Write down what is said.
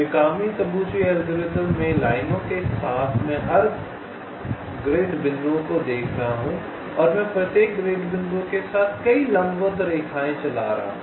Mikami Tabuchi algorithm में लाइनों के साथ मैं हर ग्रिड बिंदुओं को देख रहा हूं और मैं प्रत्येक ग्रिड बिंदुओं के साथ कई लंबवत रेखाएं चला रहा हूं